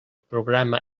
programa